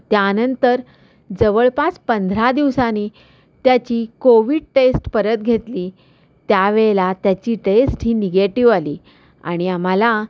त्यानंतर जवळपास पंधरा दिवसाांनी त्याची कोविड टेस्ट परत घेतली त्यावेळेला त्याची टेस्ट ही निगेटिव्ह आली आणि आम्हाला